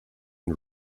and